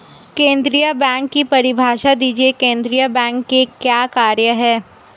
केंद्रीय बैंक की परिभाषा दीजिए केंद्रीय बैंक के क्या कार्य हैं?